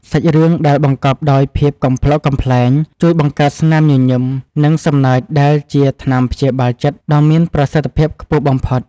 សាច់រឿងដែលបង្កប់ដោយភាពកំប្លុកកំប្លែងជួយបង្កើតស្នាមញញឹមនិងសំណើចដែលជាថ្នាំព្យាបាលចិត្តដ៏មានប្រសិទ្ធភាពខ្ពស់បំផុត។